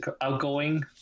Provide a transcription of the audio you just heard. outgoing